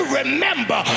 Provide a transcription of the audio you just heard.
remember